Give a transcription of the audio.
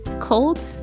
cold